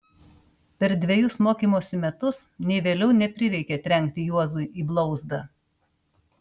per dvejus mokymosi metus nei vėliau neprireikė trenkti juozui į blauzdą